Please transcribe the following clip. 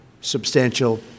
substantial